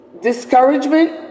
discouragement